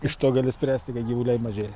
iš to gali spręsti kad gyvuliai mažėja